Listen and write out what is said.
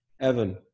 Evan